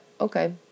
Okay